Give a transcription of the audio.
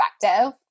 Perspective